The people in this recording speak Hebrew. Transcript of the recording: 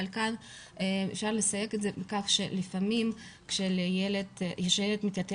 אבל כאן אפשר לסייג את זה בכך שלפעמים כשילד מתייתם